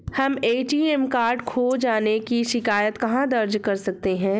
हम ATM card खो जाने की शिकायत कहाँ दर्ज कर सकते हैं?